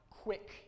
quick